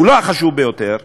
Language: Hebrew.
הוא לא החשוב ביותר.